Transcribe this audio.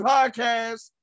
Podcast